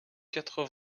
quatre